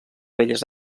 belles